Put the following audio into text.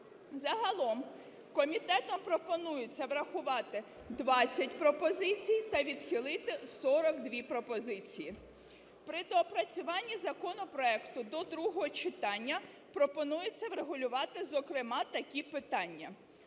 Загалом комітетом пропонується врахувати 20 пропозицій та відхилити 42 пропозиції. При доопрацюванні законопроекту до другого читання пропонується врегулювати, зокрема такі питання: